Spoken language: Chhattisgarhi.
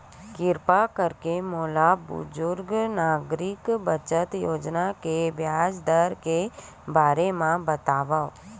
किरपा करके मोला बुजुर्ग नागरिक बचत योजना के ब्याज दर के बारे मा बतावव